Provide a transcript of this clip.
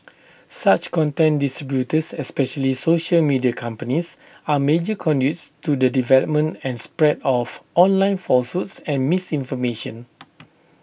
such content distributors especially social media companies are major conduits to the development and spread of online falsehoods and misinformation